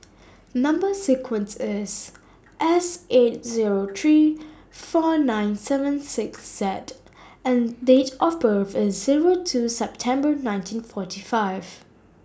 Number sequence IS S eight Zero three four nine seven six cede and Date of birth IS Zero two September nineteen forty five